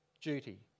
duty